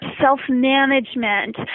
self-management